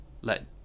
let